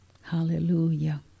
Hallelujah